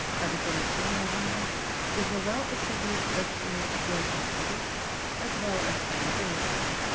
adiponectin measurement is a well-established test in clinical studies as well as clinical routine.